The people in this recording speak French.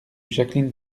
jacqueline